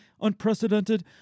unprecedented